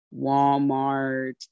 Walmart